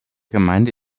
gemeinde